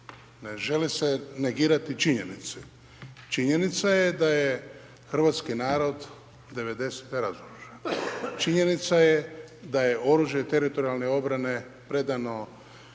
ne žele se negirati činjenice. Činjenica je da je hrvatski narod 90-te razoružan. Činjenica je da je oružje Teritorijalne obrane predano